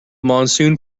monsoon